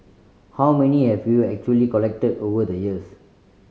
how many have you actually collected over the years